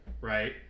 right